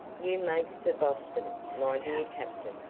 you make for boston, my dear captain,